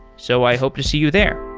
so i hope to see you there.